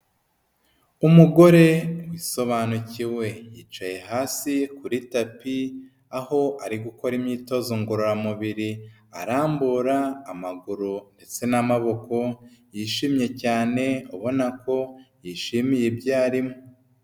Umugore wisobanukiwe. Yicaye hasi kuri tapi, aho ari gukora imyitozo ngororamubiri arambura amaguru ndetse n'amaboko, yishimye cyane abona ko yishimiye ibyo arimo.